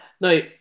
No